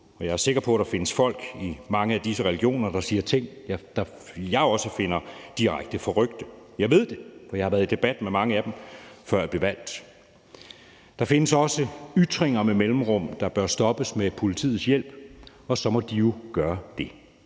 Men jeg er sikker på, at der findes folk i mange af disse religioner, der siger ting, jeg også finder direkte forrykt. Jeg ved det, for jeg har været i debat med mange af dem, før jeg blev valgt. Der kommer også med mellemrum ytringer, der bør stoppes med politiets hjælp, og så må de jo gøre det.